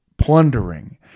plundering